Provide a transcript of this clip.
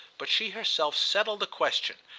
but she herself settled the question,